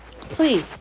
Please